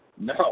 No